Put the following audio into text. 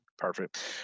Perfect